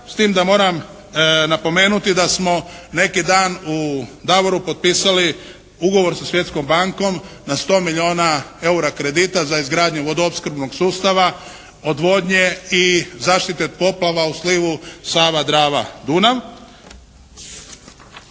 s tim da moram napomenuti da smo neki dan u Davoru potpisali ugovor sa Svjetskom bankom na 100 milijuna EUR-a kredita za izgradnju vodoopskrbnog sustava odvodnje i zaštite od poplava u slivu Sava-Drava-Dunav.